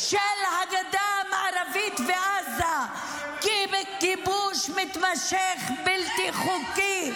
-- של הגדה המערבית ועזה ככיבוש מתמשך בלתי חוקי,